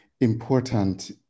important